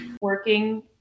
working